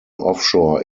offshore